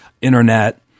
internet